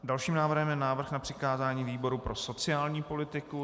Dalším návrhem je návrh na přikázání výboru pro sociální politiku.